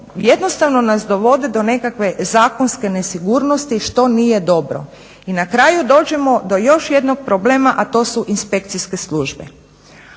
jednostavno dovode do nekakve zakonske nesigurnosti što nije dobro. I na kraju dođemo do još jednog problema, a to su inspekcijske službe.